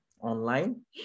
online